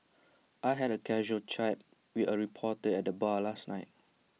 I had A casual chat with A reporter at the bar last night